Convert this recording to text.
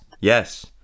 yes